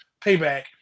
payback